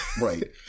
Right